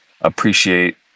appreciate